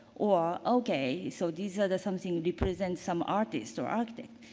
or okay, so, these are something we present some artists or architect.